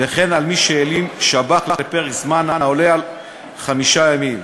וכן על מי שהלין שב"ח לפרק זמן העולה על חמישה ימים,